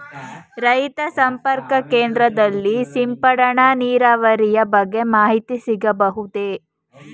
ರೈತ ಸಂಪರ್ಕ ಕೇಂದ್ರದಲ್ಲಿ ಸಿಂಪಡಣಾ ನೀರಾವರಿಯ ಬಗ್ಗೆ ಮಾಹಿತಿ ಸಿಗಬಹುದೇ?